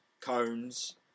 cones